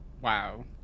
wow